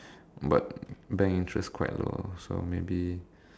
but bank interest quite low so maybe